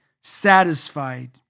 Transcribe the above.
satisfied